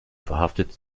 verhaftet